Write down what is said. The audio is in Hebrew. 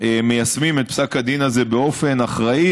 מיישמים את פסק הדין הזה באופן אחראי,